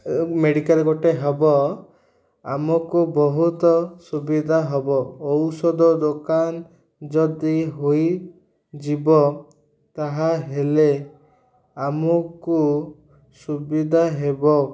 medical ଗୋଟେ ହେବ ଆମକୁ ବହୁତ ସୁବିଧା ହେବ ଔଷଧ ଦୋକାନ ଯଦି ହୋଇଯିବ ତାହା ହେଲେ ଆମକୁ ସୁବିଧା ହେବ